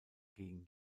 gegen